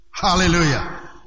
Hallelujah